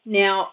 now